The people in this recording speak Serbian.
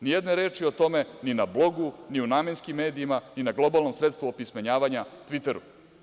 Ni jedne reči o tome ni na blogu, ni o namenskim medijima, ni na globalnom sredstvu opismenjavanja Tviteru.